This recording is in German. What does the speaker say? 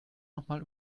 nochmal